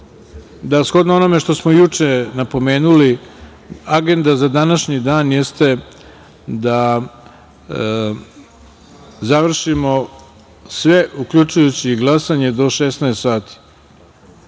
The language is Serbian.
da, shodno onome što smo juče napomenuli, agenda za današnji dan jeste da završimo sve, uključujući i glasanje, do 16.00